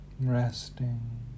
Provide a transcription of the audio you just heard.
Resting